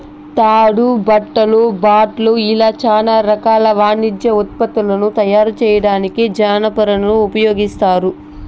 తాడు, బట్టలు, బూట్లు ఇలా చానా రకాల వాణిజ్య ఉత్పత్తులను తయారు చేయడానికి జనపనారను ఉపయోగిత్తారు